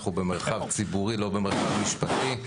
אנחנו במרחב ציבורי, לא במרחב משפטי.